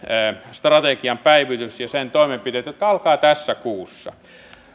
strategian päivitys ja sen toimenpiteitä tämä alkaa tässä kuussa